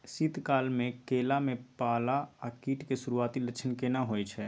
शीत काल में केला में पाला आ कीट के सुरूआती लक्षण केना हौय छै?